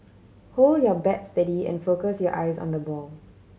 hold your bat steady and focus your eyes on the ball